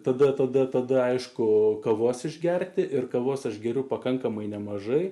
tada tada tada aišku kavos išgerti ir kavos aš geriu pakankamai nemažai